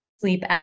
sleep